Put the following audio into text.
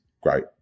great